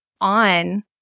on